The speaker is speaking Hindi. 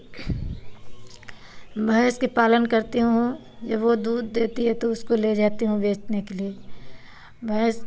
भैंस के पालन करती हूँ जब वह दूध देती है तो उसको ले जाती हूँ बेचने के लिए भैंस